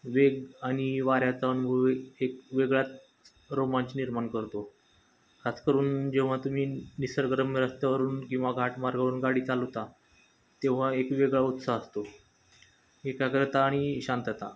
वेग आणि वाऱ्याचा अनुभव वेग एक वेगळाच रोमांच निर्माण करतो खास करून जेव्हा तुम्ही निसर्गरम्य रस्त्यावरून किंवा घाटमार्गावरून गाडी चालवता तेव्हा एक वेगळा उत्साह असतो एकाग्रता आणि शांतता